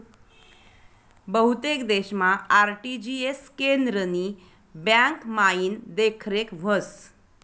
बहुतेक देशमा आर.टी.जी.एस केंद्रनी ब्यांकमाईन देखरेख व्हस